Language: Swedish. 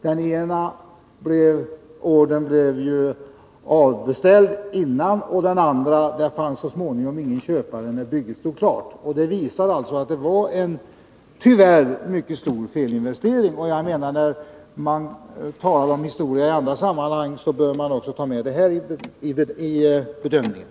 Den ena ordern annullerades innan bygget påbörjades. Den andra tankern fanns det ingen köpare till när bygget stod klart. Detta visar att det, tyvärr, var en mycket stor felinvestering. När man talar om historia i andra sammanhang bör man också ta med detta i bedömningen.